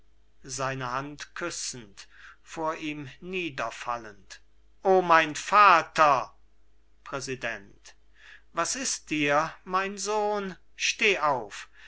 o mein vater präsident was ist dir mein sohn steh auf